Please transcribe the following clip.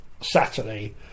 Saturday